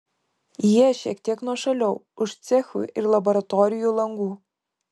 jie šiek tiek nuošaliau už cechų ir laboratorijų langų